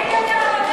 אין יותר,